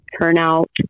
turnout